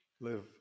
live